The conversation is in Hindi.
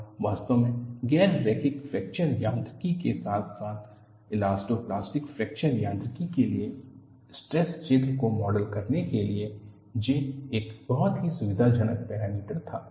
और वास्तव में गैर रैखिक फ्रैक्चर यांत्रिकी के साथ साथ इलास्टो प्लास्टिक फ्रैक्चर यांत्रिकी के लिए स्ट्रेस क्षेत्र को मॉडल करने के लिए J एक बहुत ही सुविधाजनक पैरामीटर था